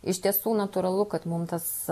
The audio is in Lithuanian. iš tiesų natūralu kad mum tas